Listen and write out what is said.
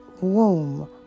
womb